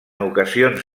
ocasions